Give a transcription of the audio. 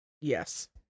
Yes